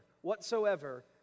whatsoever